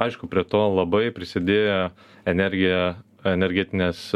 aišku prie to labai prisidėjo energija energetinės